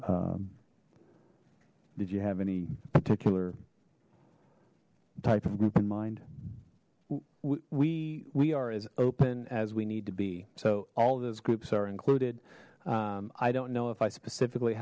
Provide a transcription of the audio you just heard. did you have any particular type of group in mind we we are as open as we need to be so all those groups are included i don't know if i specifically